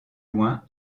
loin